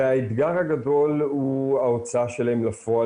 והאתגר הגדול הוא ההוצאה שלהן לפועל